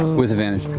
with advantage.